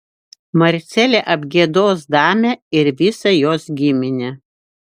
marcelė apgiedos damę ir visą jos giminę